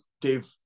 Dave